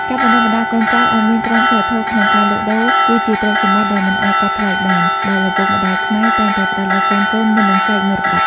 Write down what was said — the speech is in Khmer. ការបណ្ដុះបណ្ដាលកូនចៅឱ្យមានក្រមសីលធម៌ក្នុងការលក់ដូរ គឺជាទ្រព្យសម្បត្តិដែលមិនអាចកាត់ថ្លៃបាន ដែលឪពុកម្ដាយខ្មែរតែងតែផ្ដល់ឱ្យកូនៗមុននឹងចែកមរតក។